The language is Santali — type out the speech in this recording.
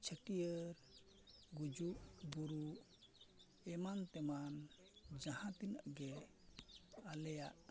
ᱪᱷᱟᱹᱴᱤᱭᱟᱹᱨ ᱜᱩᱡᱩᱜ ᱵᱩᱨᱩᱜ ᱮᱢᱟᱱ ᱛᱮᱢᱟᱱ ᱡᱟᱦᱟᱸ ᱛᱤᱱᱟᱹᱜ ᱜᱮ ᱟᱞᱮᱭᱟᱜ